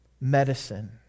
medicine